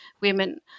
women